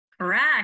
Correct